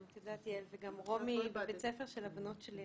וגם רומי למדה בבית הספר של הבנות שלי,